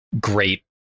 great